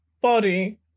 body